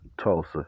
Tulsa